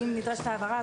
אם נדרשת הבהרה,